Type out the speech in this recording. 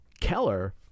Keller